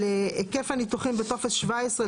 על היקף הניתוחים בטופס 17,